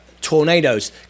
tornadoes